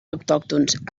autòctons